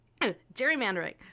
gerrymandering